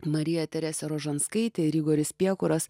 marija teresė rožanskaitė ir igoris piekuras